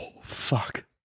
Fuck